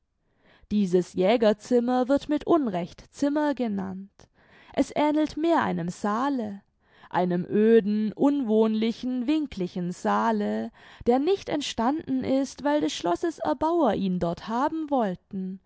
dieses jägerzimmer wird mit unrecht zimmer genannt es ähnelt mehr einem saale einem öden unwohnlichen winklichen saale der nicht entstanden ist weil des schlosses erbauer ihn dort haben wollten